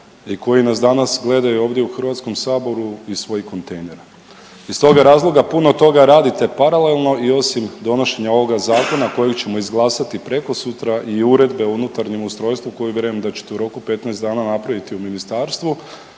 i koji nas danas gledaju ovdje u HS iz svojih kontejnera i iz toga razloga puno toga radite paralelno i osim donošenja ovoga zakona kojeg ćemo izglasati prekosutra i Uredbe o unutarnjem ustrojstvu koji vjerujem da ćete u roku 15 dana napraviti u ministarstvu